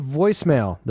voicemail